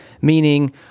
meaning